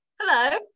Hello